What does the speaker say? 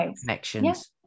connections